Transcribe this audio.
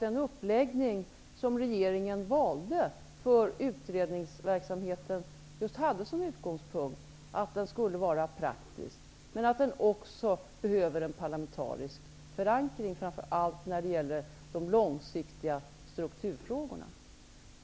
Den uppläggning som regeringen valde för utredningsverksamheten hade just som utgångspunkt att den skulle vara praktisk. Men den behöver också en parlamentarisk förankring, framför allt när det gäller de långsiktiga strukturfrågorna.